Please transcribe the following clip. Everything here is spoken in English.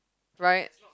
right